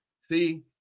See